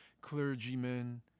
clergymen